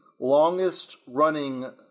longest-running